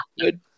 good